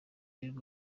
y’uyu